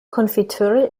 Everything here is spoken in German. konfitüre